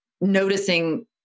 noticing